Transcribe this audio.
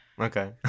Okay